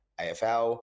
afl